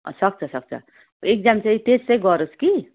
अँ सक्छ सक्छ एक्जाम चाहिँ टेस्ट चाहिँ गरोस् कि